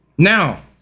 Now